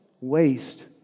waste